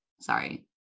Sorry